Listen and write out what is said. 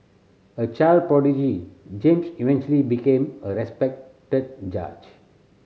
a child prodigy James eventually became a respected judge